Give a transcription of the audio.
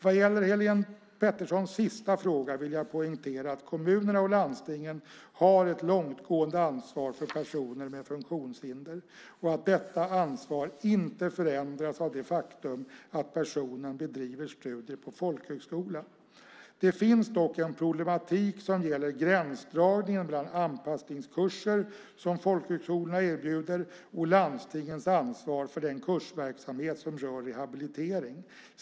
Vad gäller Helene Peterssons sista fråga vill jag poängtera att kommunerna och landstingen har ett långtgående ansvar för personer med funktionshinder och att detta ansvar inte förändras av det faktum att personen bedriver studier på folkhögskola. Det finns dock en problematik som gäller gränsdragningen mellan anpassningskurser som folkhögskolorna erbjuder och landstingens ansvar för den kursverksamhet som rör rehabilitering.